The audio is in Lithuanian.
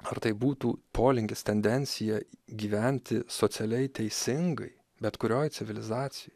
ar tai būtų polinkis tendencija gyventi socialiai teisingai bet kurioj civilizacijoj